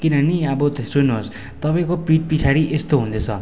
किनभने अब सुन्नुहोस् तपाईँको पिठ पछाडि यस्तो हुँदैछ